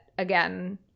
Again